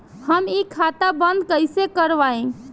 हम इ खाता बंद कइसे करवाई?